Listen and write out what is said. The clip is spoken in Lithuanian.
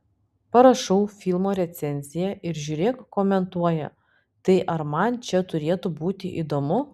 parašau filmo recenziją ir žiūrėk komentuoja tai ar man čia turėtų būti įdomu